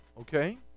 okay